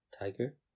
Tiger